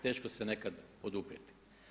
Teško se nekad oduprijeti.